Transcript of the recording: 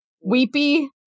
weepy